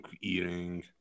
eating